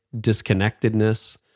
disconnectedness